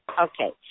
Okay